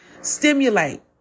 stimulate